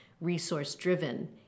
resource-driven